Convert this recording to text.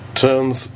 turns